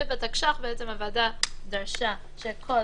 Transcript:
בתקש"ח בעצם הוועדה דרשה שכל